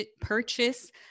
purchase